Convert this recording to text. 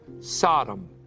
Sodom